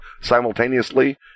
simultaneously